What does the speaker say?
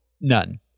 None